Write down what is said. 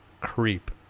creep